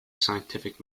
scientific